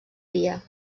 dia